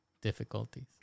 difficulties